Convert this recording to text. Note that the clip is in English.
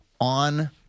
on